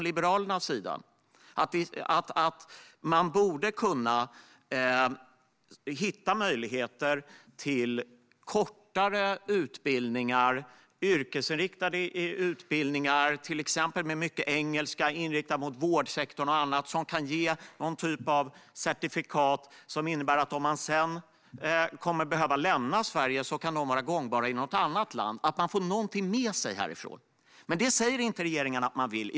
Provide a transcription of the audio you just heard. Liberalerna menar att det borde gå att hitta möjligheter till kortare utbildningar, yrkesinriktade utbildningar - till exempel med mycket engelska, inriktade mot vårdsektorn och annat - som kan ge någon typ av certifikat som kan vara gångbara i andra länder. Om man kommer att behöva lämna Sverige får man i så fall något med sig härifrån. Men regeringen säger inte att den vill det.